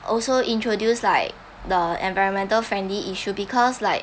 also introduce like the environmental friendly issue because like